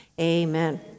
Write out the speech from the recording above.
Amen